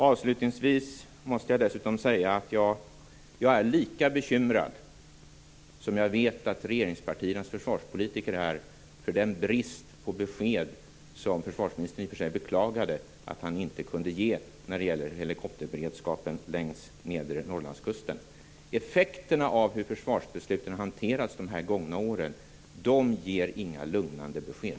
Avslutningsvis måste jag säga att jag är lika bekymrad som jag vet att regeringspartiets försvarspolitiker är när det gäller bristen på besked. Försvarsministern beklagade i och för sig att han inte kunde ge något besked om helikopterberedskapen längs nedre Norrlandskusten. Effekterna av hur försvarsbesluten har hanterats under de gångna åren ger inga lugnande besked.